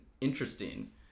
interesting